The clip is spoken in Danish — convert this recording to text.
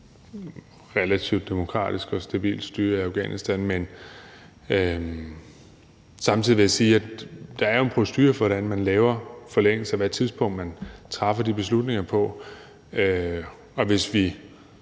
relativt demokratisk og stabilt styre i Afghanistan. Men samtidig vil jeg sige, at der jo er en procedure for, hvordan man laver forlængelser, og hvilket tidspunkt man træffer de beslutninger på. Og hvis vi